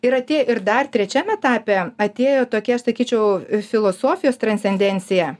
ir atė ir dar trečiam etape atėjo tokie aš sakyčiau filosofijos transcendencija